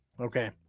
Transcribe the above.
okay